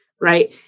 Right